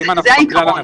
אנחנו עושים סיורים בשטח,